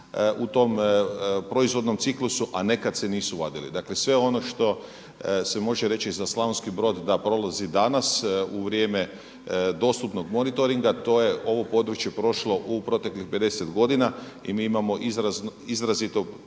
u tom proizvodnom ciklusu a nekada se nisu vadili. Dakle sve ono što se može reći za Slavonski Brod da prolazi danas u vrijeme dostupnog monitoringa, to je, ovo područje prošlo u proteklih 50 godina i mi imamo izrazito